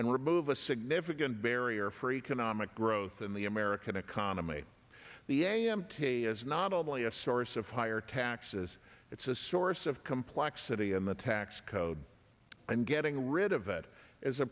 and remove a significant barrier for economic growth in the american economy the a m t is not only a source of higher taxes it's a source of complexity in the tax code and getting rid of it as a